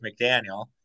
McDaniel